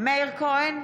מאיר כהן,